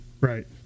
Right